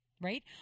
right